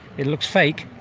it looks fake?